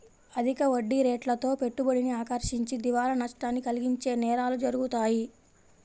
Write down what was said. అధిక వడ్డీరేట్లతో పెట్టుబడిని ఆకర్షించి దివాలా నష్టాన్ని కలిగించే నేరాలు జరుగుతాయి